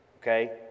Okay